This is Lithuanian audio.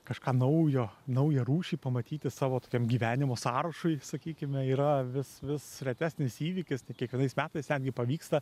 kažką naujo naują rūšį pamatyti savo tokiam gyvenimo sąrašui sakykime yra vis vis retesnis įvykis tai kiekvienais metais netgi pavyksta